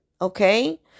Okay